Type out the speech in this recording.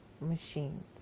machines